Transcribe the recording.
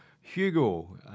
Hugo